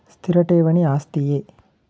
ಸ್ಥಿರ ಠೇವಣಿ ಆಸ್ತಿಯೇ?